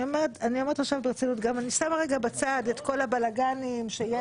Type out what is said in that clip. אני אומרת עכשיו ברצינות שאני שמה בצד את כול הבלגנים שיש,